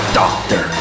doctor